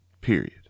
Period